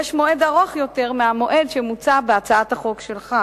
יש מועד ארוך יותר מהמועד שמוצע בהצעת החוק שלך.